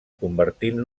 convertint